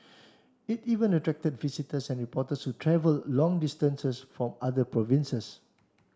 it even attracted visitors and reporters who travel long distances from other provinces